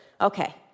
Okay